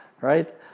right